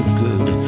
good